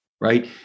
right